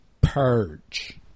purge